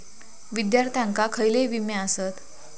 विद्यार्थ्यांका खयले विमे आसत?